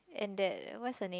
and that what's her name